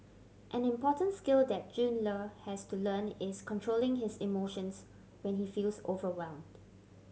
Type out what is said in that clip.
an important skill that Jun Le has to learn is controlling his emotions when he feels overwhelmed